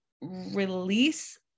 release